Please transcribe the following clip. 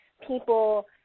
people